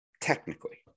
technically